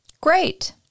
Great